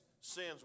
sins